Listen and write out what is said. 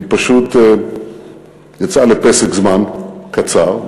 היא פשוט יצאה לפסק זמן קצר.